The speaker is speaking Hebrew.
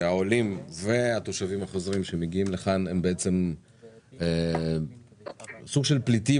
שהעולים והתושבים החוזרים שמגיעים לכאן הם בעצם סוג של פליטים,